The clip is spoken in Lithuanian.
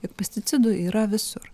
jog pesticidų yra visur